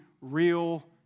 real